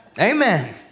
Amen